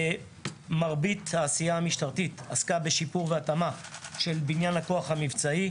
מרבית העשייה המשטרתית עסקה בשיפור והתאמה של בניין הכוח המבצעי,